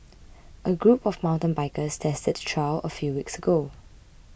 a group of mountain bikers tested the trail a few weeks ago